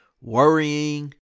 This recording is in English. worrying